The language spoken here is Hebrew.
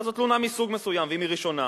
אז זו תלונה מסוג מסוים, ואם היא ראשונה.